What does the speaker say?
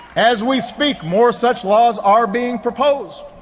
as we speak, more such laws are being proposed.